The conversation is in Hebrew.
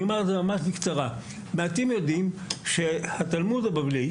מעטים יודעים שהתלמוד הבבלי